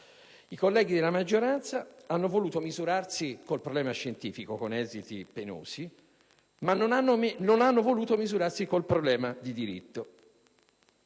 I colleghi della maggioranza hanno voluto misurarsi con il problema scientifico, con esiti penosi, mentre non hanno voluto invece misurarsi con il problema di diritto.